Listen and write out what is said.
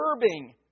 disturbing